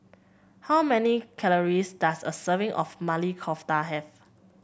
how many calories does a serving of Maili Kofta have